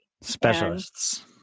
Specialists